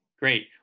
Great